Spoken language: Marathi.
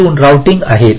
पासून रोऊटिंग आहेत